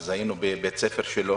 אז היינו בבית הספר שלו